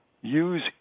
use